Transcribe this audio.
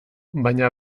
baina